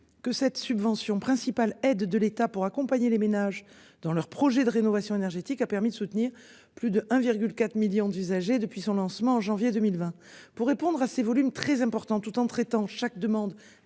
que cette subvention principales aides de l'État pour accompagner les ménages dans leur projet de rénovation énergétique a permis de soutenir plus de 1,4 millions d'usagers depuis son lancement en janvier 2020 pour répondre à ces volumes très importants tout en traitant chaque demande